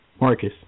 Marcus